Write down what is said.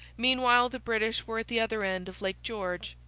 meanwhile the british were at the other end of lake george,